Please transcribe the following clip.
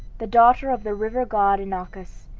the daughter of the river god inachus,